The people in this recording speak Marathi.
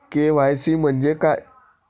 के.वाय.सी म्हंजे काय?